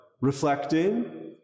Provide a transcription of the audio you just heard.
reflecting